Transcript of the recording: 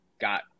got